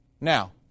Now